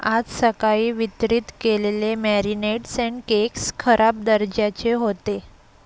आज सकाळी वितरित केलेले मॅरिनेट्स अँड केक्स खराब दर्जाचे होते